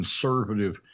conservative